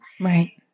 Right